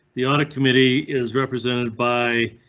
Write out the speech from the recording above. the audit committee is represented by.